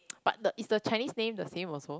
but the is the Chinese name the same also